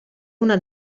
una